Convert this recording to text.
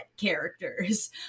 characters